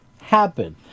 happen